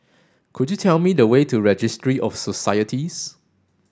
could you tell me the way to Registry of Societies